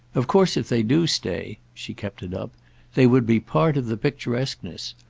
of course if they do stay she kept it up they would be part of the picturesqueness.